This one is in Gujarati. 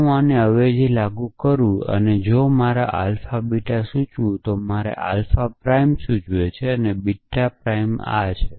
જો હું આને અવેજી લાગુ કરું છું જો આ મારો આલ્ફાબીટા સૂચવે છે તો મારો આલ્ફાપ્રાઇમ સૂચવે છે બીટા પ્રાઇમ આ છે